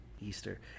Easter